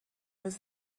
was